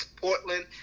Portland